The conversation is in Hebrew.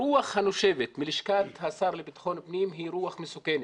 הרוח הנושבת מלשכת השר לביטחון פנים היא רוח מסוכנת.